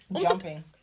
Jumping